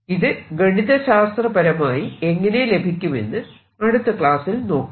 ഇത് ഗണിതശാസ്ത്രപരമായി എങ്ങനെ ലഭിക്കുമെന്ന് അടുത്ത ക്ലാസ്സിൽ നോക്കാം